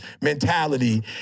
mentality